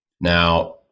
Now